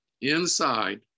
inside